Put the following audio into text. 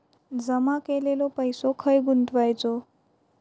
जमा केलेलो पैसो खय गुंतवायचो?